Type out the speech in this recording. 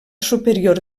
superior